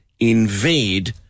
invade